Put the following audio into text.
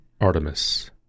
Artemis